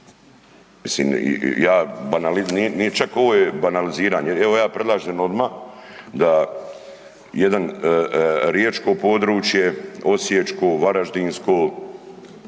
mislim ja, nije čak ovo je banaliziranje, evo ja predlažem odmah da jedan riječko područje, osječko, varaždinsko,